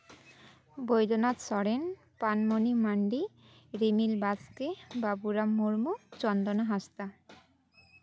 Baidyanath Soren Panmoni Mandi Rimil Baske Babulal Murmu Chandana Hansda